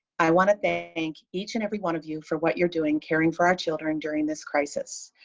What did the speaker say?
i want to thank each and every one of you for what you're doing caring for our children during this crisis.